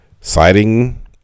Citing